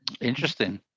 Interesting